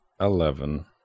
Eleven